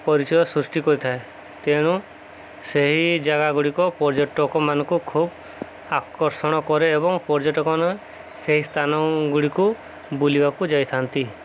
ପରିଚୟ ସୃଷ୍ଟି କରିଥାଏ ତେଣୁ ସେହି ଜାଗାଗୁଡ଼ିକ ପର୍ଯ୍ୟଟକମାନଙ୍କୁ ଖୁବ୍ ଆକର୍ଷଣ କରେ ଏବଂ ପର୍ଯ୍ୟଟକମାନେ ସେହି ସ୍ଥାନଗୁଡ଼ିକୁ ବୁଲିବାକୁ ଯାଇଥାନ୍ତି